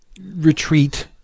retreat